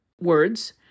words